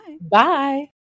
Bye